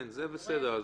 זה בסדר.